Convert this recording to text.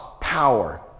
power